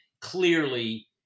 Clearly